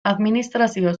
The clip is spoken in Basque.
administrazio